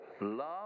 love